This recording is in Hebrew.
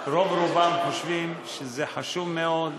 חושבים שזה חשוב מאוד.